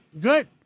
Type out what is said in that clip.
Good